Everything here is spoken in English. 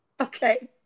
Okay